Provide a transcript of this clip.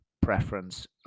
preference